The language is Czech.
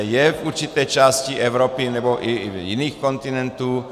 Je v určité části Evropy nebo i jiných kontinentů.